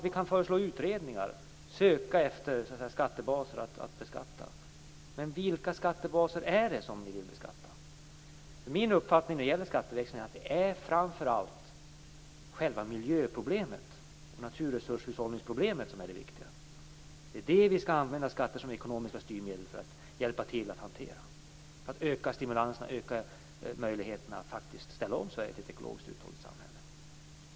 Vi kan föreslå utredningar, söka efter skattebaser att beskatta, men vilka skattebaser är det som ni vill beskatta? Min uppfattning när det gäller skatteväxling är att det är framför allt själva miljöproblemet, naturresurshushållningsproblemet, som är det viktiga. Det är det vi skall använda skatter som ekonomiskt styrmedel för att hjälpa till att hantera, för att öka stimulanserna och möjligheterna att faktiskt ställa om Sverige till ett ekologiskt uthålligt samhälle.